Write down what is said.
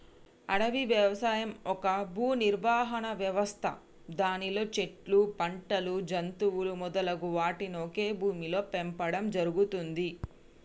అడవి వ్యవసాయం ఒక భూనిర్వహణ వ్యవస్థ దానిలో చెట్లు, పంటలు, జంతువులు మొదలగు వాటిని ఒకే భూమిలో పెంచడం జరుగుతుంది